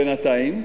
בינתיים,